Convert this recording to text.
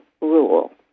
rule